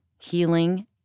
healing